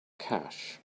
cash